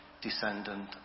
descendant